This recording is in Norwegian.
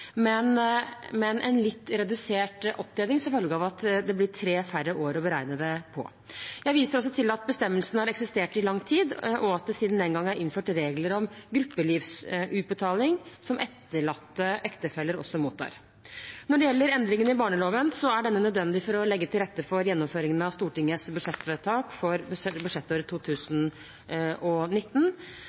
men en litt redusert opptjening som følge av at det blir tre færre år å beregne det på. Jeg viser også til at bestemmelsen har eksistert i lang tid, og at det siden den gang er innført regler om gruppelivsutbetaling, som etterlatte ektefeller også mottar. Når det gjelder endringen i barneloven, er denne nødvendig for å legge til rette for gjennomføringen av Stortingets vedtak for budsjettåret 2019.